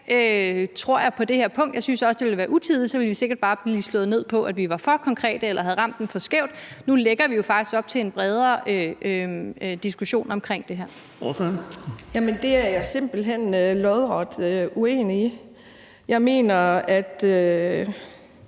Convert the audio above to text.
tror jeg, på det her punkt, og jeg synes også, at det ville være utidigt, og så ville der sikkert bare blive slået ned på, at vi var for konkrete eller havde ramt den for skævt. Nu lægger vi jo faktisk op til en bredere diskussion omkring det her. Kl. 15:06 Den fg. formand (Erling Bonnesen):